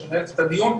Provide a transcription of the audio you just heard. שמנהלת את הדיון,